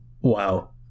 Wow